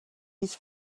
his